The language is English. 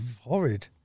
horrid